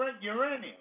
uranium